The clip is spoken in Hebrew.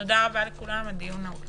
תודה רבה, הישיבה נעולה.